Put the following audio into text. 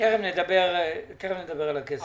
תכף נדבר על הכסף.